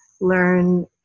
Learn